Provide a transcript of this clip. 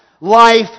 life